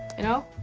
you know?